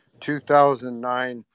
2009